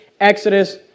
exodus